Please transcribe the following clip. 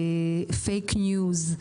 פייק ניוז,